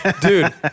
Dude